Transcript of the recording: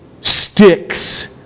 sticks